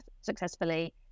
successfully